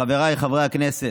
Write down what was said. חבריי חברי הכנסת,